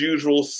Usual